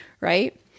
right